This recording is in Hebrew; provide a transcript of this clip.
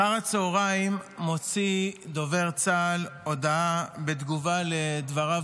אחר הצוהריים מוציא דובר צה"ל הודעה בתגובה לדבריו